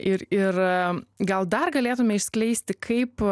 ir ir gal dar galėtume išskleisti kaip